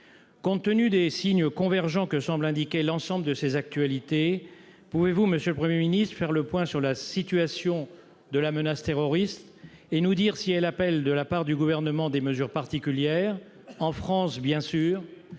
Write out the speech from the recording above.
compte tenu des signes convergents que semble indiquer l'ensemble de ses actualités, pouvez-vous, Monsieur le 1er ministre de faire le point sur la situation de la menace terroriste et nous dire si elle appelle de la part du gouvernement des mesures particulières